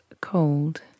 cold